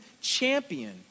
champion